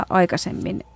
aikaisemmin